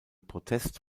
protest